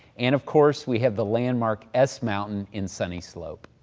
and of course we have the landmark s mountain in sunnyslope.